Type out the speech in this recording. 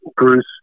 Bruce